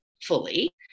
fully